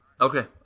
Okay